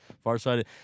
far-sighted